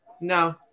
No